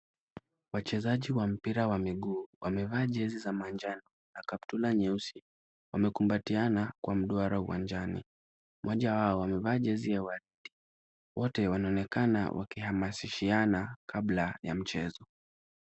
Wachezaji wa mpira wa miguu wamevaa jezi za manjano, kaptura nyeusi. Wamekumbatiana kwa mduara uwanjani. Mmoja wao amevaa jezi ya waridi. Wote wanaonekana wakihamasishiana kabla ya mchezo.